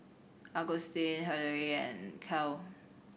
Augustin Hillery and Cael